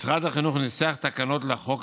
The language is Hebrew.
משרד החינוך ניסח תקנות לחוק,